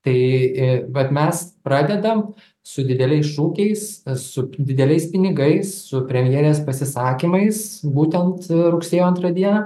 tai vat mes pradedam su dideliais šūkiais su dideliais pinigais su premjerės pasisakymais būtent rugsėjo antrą dieną